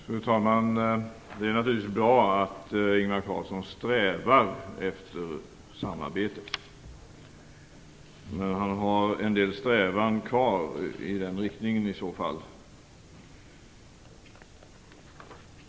Fru talman! Det är naturligtvis bra att Ingvar Carlsson strävar efter samarbete, men han har i så fall en del strävanden kvar i den riktningen.